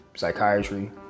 Psychiatry